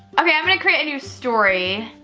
okay, i'm gonna create a new story.